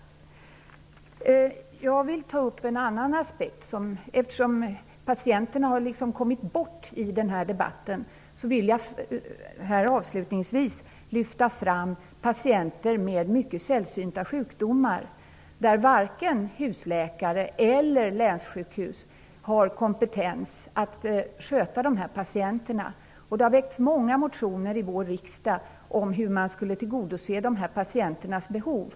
Eftersom patienterna liksom har kommit bort i denna debatt, vill jag avslutningsvis lyfta fram patienter med sällsynta sjukdomar, patienter som varken husläkare eller länssjukhus har kompetens att sköta. Det har i vår riksdag väckts många motioner om hur man skulle kunna tillgodose dessa patienters behov.